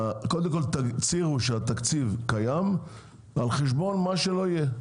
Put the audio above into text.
קודם כל תצהירו שהתקציב קיים על חשבון מה שלא יהיה,